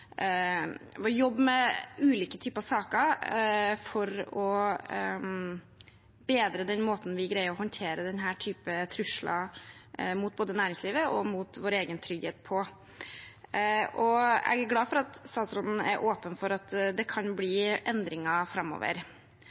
jobbe med ulike typer saker for å bedre den måten vi greier å håndtere denne typen trusler mot både næringslivet og vår egen trygghet på. Jeg er glad for at statsråden er åpen for at det kan bli endringer framover.